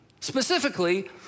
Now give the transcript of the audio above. Specifically